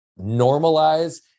normalize